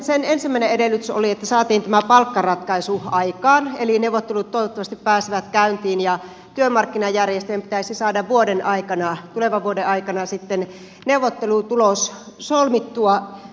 sen ensimmäinen edellytys oli että saatiin tämä palkkaratkaisu aikaan eli neuvottelut toivottavasti pääsevät käytiin ja työmarkkinajärjestöjen pitäisi saada tulevan vuoden aikana sitten neuvottelutulos solmittua